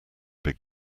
big